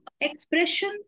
expression